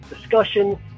discussion